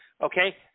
okay